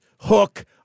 hook